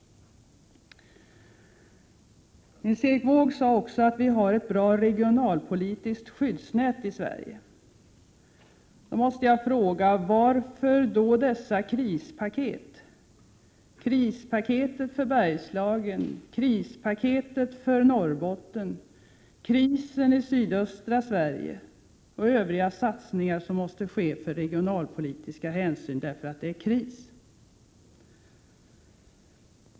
Nils Erik Wååg sade också att vi har ett bra regionalpolitiskt skyddsnät i Sverige. Då måste jag fråga: Varför då dessa krispaket — krispaketet för Bergslagen, krispaketet för Norrbotten, krisen i sydöstra Sverige och övriga satsningar som måste ske av regionalpolitiska hänsyn därför att det är kris?